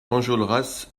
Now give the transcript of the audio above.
enjolras